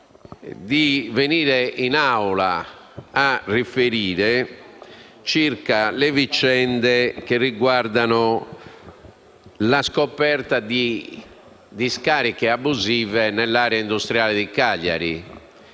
venga in Aula a riferire sulle vicende che riguardano la scoperta di discariche abusive nell'area industriale di Cagliari.